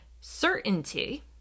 Certainty